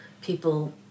People